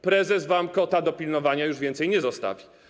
Prezes wam kota do pilnowania już więcej nie zostawi.